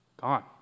gone